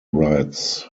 writes